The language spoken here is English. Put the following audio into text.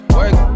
work